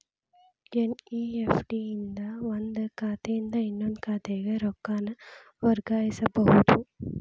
NEFT ಇಂದ ಒಂದ್ ಖಾತೆಯಿಂದ ಇನ್ನೊಂದ್ ಖಾತೆಗ ರೊಕ್ಕಾನ ವರ್ಗಾಯಿಸಬೋದು